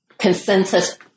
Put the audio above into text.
consensus